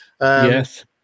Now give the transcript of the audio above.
yes